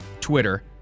Twitter